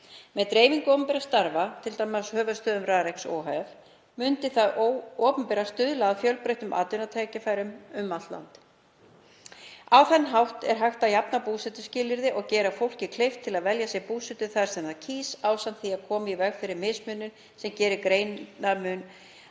Með dreifingu opinberra starfa, t.d. í höfuðstöðvum Rariks ohf., myndi hið opinbera stuðla að fjölbreyttum atvinnutækifærum um allt land. Á þann hátt er hægt að jafna búsetuskilyrði og gera fólki kleift að velja sér búsetu þar sem það kýs ásamt því að koma í veg fyrir mismunun sem gerir greinarmun á fólki